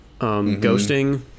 Ghosting